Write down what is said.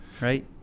Right